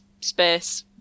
space